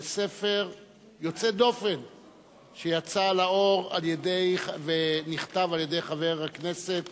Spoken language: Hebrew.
לספר יוצא דופן שיצא לאור ונכתב על-ידי חבר הכנסת